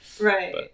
Right